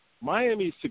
Miami's